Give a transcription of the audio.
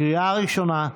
לקריאה ראשונה.